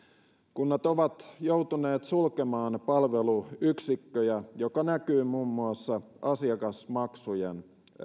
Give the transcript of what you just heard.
kunnat ovat joutuneet sulkemaan palveluyksikköjä mikä näkyy muun muassa asiakasmaksujen